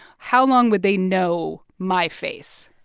how long would they know my face?